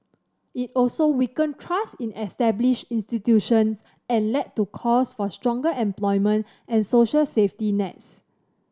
it also weakened trust in established institutions and led to calls for stronger employment and social safety nets